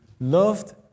loved